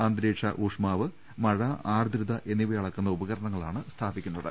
അന്തരീക്ഷ ഊഷ്മാവ് മഴ ആർദ്രത എന്നിവ അളക്കുന്ന ഉപകരണങ്ങളാണ് സ്ഥാപിക്കു ന്നത്